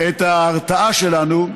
ההרתעה שלנו,